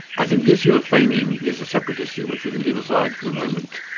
i think the issue of feigning is a separate issue which we'll leave aside for the moment.